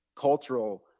cultural